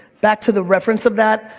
back to the reference of that,